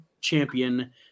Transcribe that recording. champion